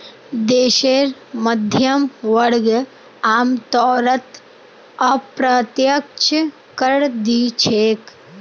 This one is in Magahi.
देशेर मध्यम वर्ग आमतौरत अप्रत्यक्ष कर दि छेक